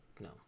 No